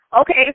okay